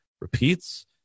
repeats